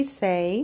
say